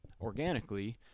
organically